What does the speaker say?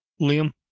Liam